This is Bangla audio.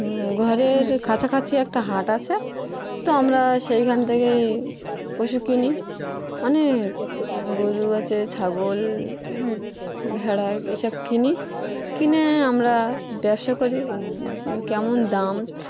ঘরের কাছাকাছি একটা হাট আছে তো আমরা সেইখান থেকেই পশু কিনি অনেক গরু আছে ছাগল ভেড়া এসব কিনি কিনে আমরা ব্যবসা করি কেমন দাম